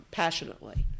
passionately